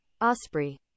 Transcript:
Osprey